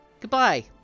Goodbye